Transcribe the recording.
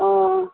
অঁ